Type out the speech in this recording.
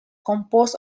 composed